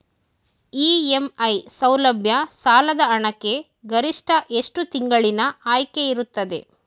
EMI ಸೌಲಭ್ಯ ಸಾಲದ ಹಣಕ್ಕೆ ಗರಿಷ್ಠ ಎಷ್ಟು ತಿಂಗಳಿನ ಆಯ್ಕೆ ಇರುತ್ತದೆ?